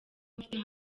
mfite